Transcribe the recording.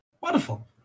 wonderful